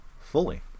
fully